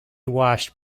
washed